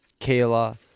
Kayla